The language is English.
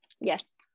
Yes